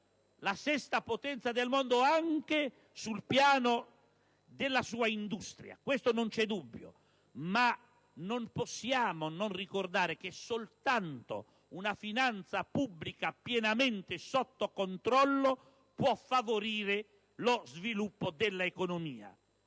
la sesta potenza del mondo, anche sul piano della sua industria, ma non possiamo non ricordare che soltanto una finanza pubblica pienamente sotto controllo può favorire lo sviluppo dell'economia.